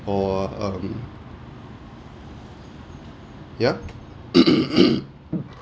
or um ya